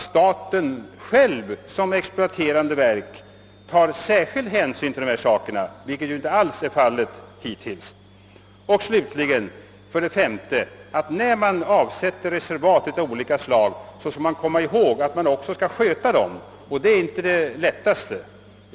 Staten bör själv såsom exploaterande part ta särskild hänsyn till dessa förhållanden, vilket hittills inte alls varit fallet. 9. Slutligen skall man när man avsätter reservat också komma ihåg att dessa skall skötas, vilket inte är det lättaste.